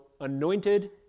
anointed